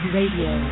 Radio